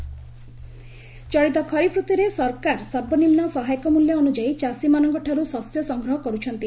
ଖରିଫ୍ ଋତୁ ଚଳିତ ଖରିଫ୍ ରତୁରେ ସରକାର ସର୍ବନିମ୍ନ ସହାୟକ ମୂଲ୍ୟ ଅନୁଯାୟୀ ଚାଷୀମାନଙ୍କ ଠାରୁ ଶସ୍ୟ ସଂଗ୍ରହ କରୁଛନ୍ତି